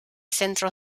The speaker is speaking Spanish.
centro